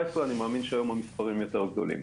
אני מאמין שהיום המספרים יותר גבוהים.